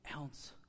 ounce